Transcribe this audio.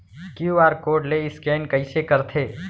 QR code ले scan कइसे करथे?